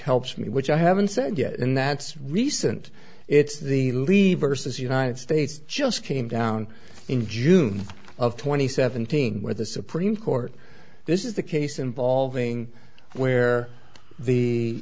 helps me which i haven't said yet and that's recent it's the lever says united states just came down in june of twenty seven thing where the supreme court this is the case involving where the